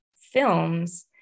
films